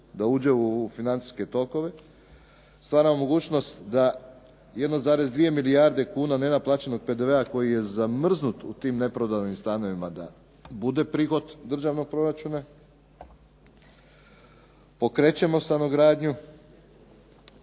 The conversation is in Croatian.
da uđe u financijske tokove stvaramo mogućnost da 1,2 milijarde kuna nenaplaćenog PDV-a koji je zamrznut u tim neprodanim stanovima da bude prihod državnog proračuna, pokrećemo stanogradnju